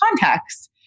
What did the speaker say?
context